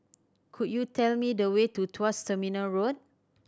could you tell me the way to Tuas Terminal Road